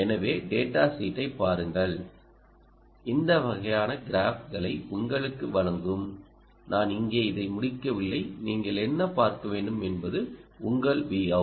எனவேடேட்டா ஷீட்டைப் பாருங்கள் இந்த வகையான கிராஃப்களை உங்களுக்கு வழங்கும் நான் இங்கே இதை முடிக்கவில்லை நீங்கள் என்ன பார்க்க வேண்டும் என்பது உங்கள் Vout